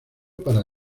para